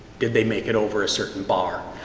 did they make it over a certain bar?